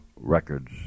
Records